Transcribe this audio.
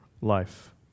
life